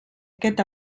aquest